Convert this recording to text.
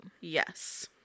Yes